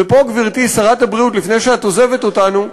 ופה, גברתי, שרת הבריאות, לפני שאת עוזבת אותנו,